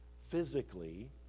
physically